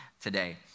today